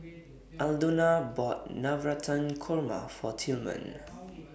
Aldona bought Navratan Korma For Tillman